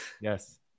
Yes